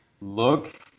Look